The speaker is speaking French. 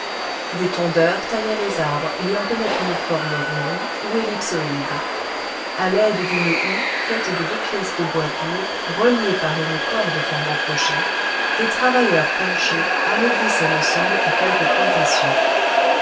des tondeurs taillaient les arbres et leur donnaient une forme ronde ou ellipsoïde à l'aide d'une houe faite de deux pièces de bols dur reliées par une corde formant crochet des travailleurs penchés ameublissaient le sol pour quelques plantations